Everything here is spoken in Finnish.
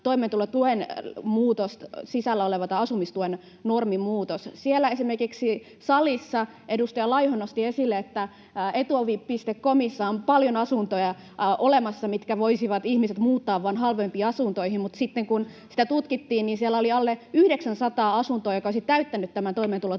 toimeentulotuen muutoksen sisällä oleva asumistuen normimuutos. Esimerkiksi salissa edustaja Laiho nosti esille, että Etuovi.comissa on paljon asuntoja olemassa, niin että ihmiset voisivat vain muuttaa halvempiin asuntoihin, mutta sitten kun sitä tutkittiin, niin siellä oli alle 900 asuntoa, jotka olisivat täyttäneet tämän [Puhemies